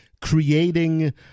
creating